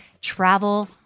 travel